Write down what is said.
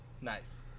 Nice